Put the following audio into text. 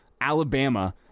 Alabama